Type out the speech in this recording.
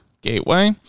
gateway